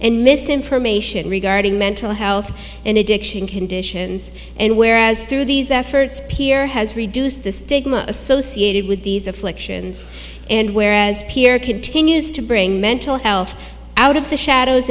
and misinformation regarding mental health and addiction conditions and whereas through these efforts peer has reduced the stigma associated with these afflictions and where as peer continues to bring mental health out of the shadows